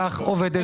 כך עובדת בנקאות.